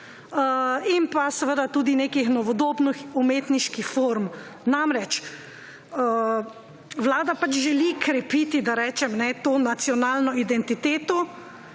in pa seveda tudi nekih novodobnih umetniških form. Namreč, vlada pač želi krepiti, da rečem, to nacionalno identiteto.